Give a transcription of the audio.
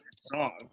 song